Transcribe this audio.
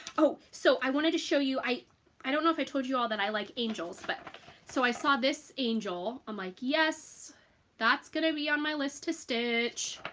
oh so i wanted to show you, i i don't know if i told you all that i like angels. but so i saw this angel i'm like, yes that's gonna be on my list to stitch.